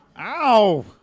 Ow